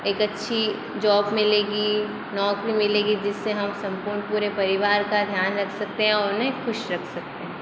एक अच्छी जॉब मिलेगी नौकरी मिलेगी जिस से हम संपूर्ण पूरे परिवार का ध्यान रख सकते हैं और उन्हें ख़ुश रख सकते हैं